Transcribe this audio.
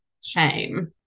shame